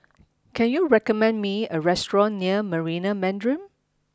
can you recommend me a restaurant near Marina Mandarin